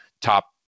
top